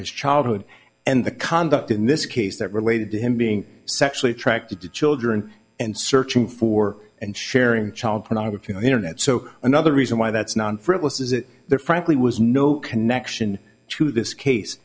his childhood and the conduct in this case that related to him being sexually attracted to children and searching for and sharing child pornography on the internet so another reason why that's non frivolous is it there frankly was no connection to this case